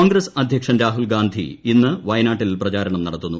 കോൺഗ്രസ് അധ്യക്ഷൻ രാഹുൽഗാന്ധി ഇന്ന് വയനാട്ടിൽ പ്രചാരണം നടത്തുന്നു